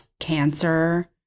Cancer